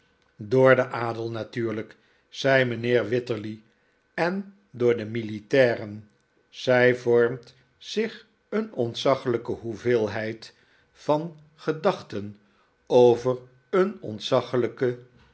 door den adel natuurlijk zei mijnheer wititterly en door de militairen zij vormt zich een ontzaglijke hoeveelheid van gedachten over een ontzaglijke